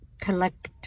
collect